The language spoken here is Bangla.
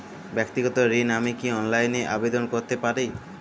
ব্যাক্তিগত ঋণ আমি কি অনলাইন এ আবেদন করতে পারি?